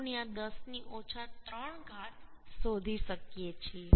25 10 ની ઓછા 3 ઘાત શોધી શકીએ છીએ